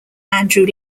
andrew